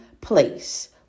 place